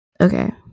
okay